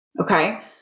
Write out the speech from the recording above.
Okay